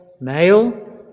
male